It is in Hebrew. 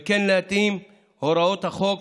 וכן להתאים את הוראות החוק,